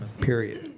period